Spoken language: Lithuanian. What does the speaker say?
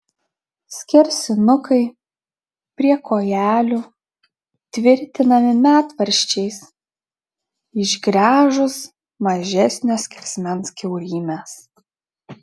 skersinukai prie kojelių tvirtinami medvaržčiais išgręžus mažesnio skersmens kiaurymes